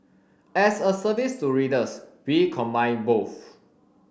as a service to readers we combine both